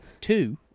two